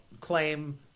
claim